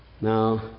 now